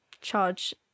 charge